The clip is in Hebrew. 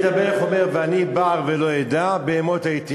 ודוד המלך אומר: "ואני בער ולא אדע בהמות הייתי